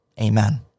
Amen